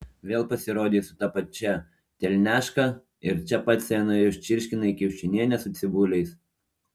vėl pasirodei su ta pačia telniaška ir čia pat scenoje užčirškinai kiaušinienę su cibuliais